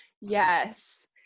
Yes